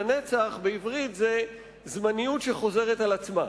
"לנצח" בעברית זה זמניות שחוזרת על עצמה.